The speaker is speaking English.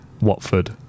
Watford